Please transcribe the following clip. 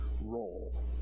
role